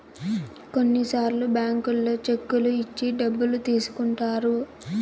కొన్నిసార్లు బ్యాంకుల్లో చెక్కులు ఇచ్చి డబ్బులు తీసుకుంటారు